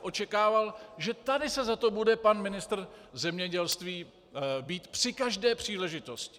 Očekával bych, že tady se za to bude pan ministr zemědělství bít při každé příležitosti.